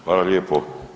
Hvala lijepo.